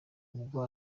ubwo